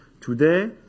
today